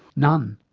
none.